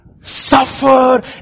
suffer